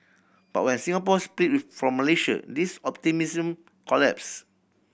but when Singapore split from Malaysia this optimism collapsed